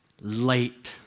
late